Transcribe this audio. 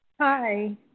Hi